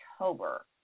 October